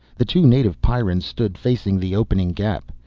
the two native pyrrans stood facing the opening gap.